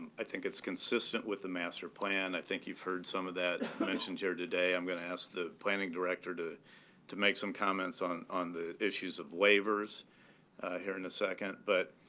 i think it's consistent with the master plan. i think you've heard some of that mentioned here today. i'm going to ask the planning director to to make some comments on on the issues of waivers here in a second. but